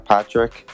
Patrick